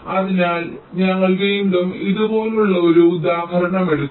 അതിനാൽ ഞങ്ങൾ വീണ്ടും ഇതുപോലുള്ള ഒരു ഉദാഹരണം എടുക്കുന്നു